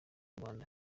rwanda